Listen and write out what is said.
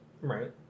Right